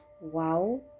wow